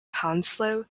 hounslow